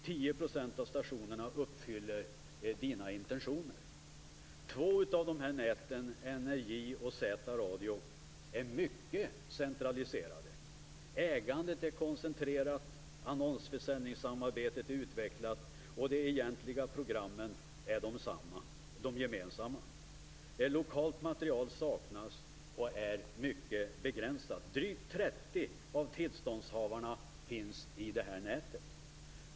10 % av stationerna uppfyller dina intentioner. Två av näten, NRJ och Z-Radio, är mycket centraliserade. Ägandet är koncentrerat. Annonsförsäljningssamarbetet är väl utvecklat. De egentliga programmen är gemensamma. Lokalt material saknas eller är mycket begränsat. Drygt 30 av tillståndshavarna finns i det nätet.